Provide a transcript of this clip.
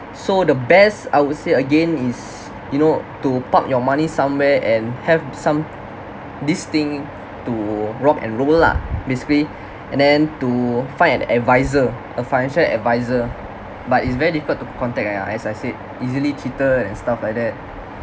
so the best I would say again is you know to park your money somewhere and have some this thing to rock and roll lah basically and then to find an adviser a financial adviser but it's very difficult to contact ya ya as I said easily cheated and stuff like that